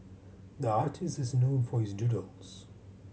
the artist is known for his doodles